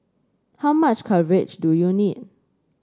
how much coverage do you need